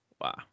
wow